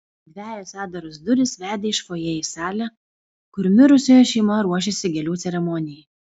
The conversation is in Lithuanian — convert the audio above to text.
dvejos atdaros durys vedė iš fojė į salę kur mirusiojo šeima ruošėsi gėlių ceremonijai